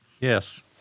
Yes